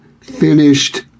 Finished